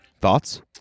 Thoughts